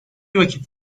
vakit